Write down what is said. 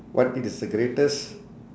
what is the greatest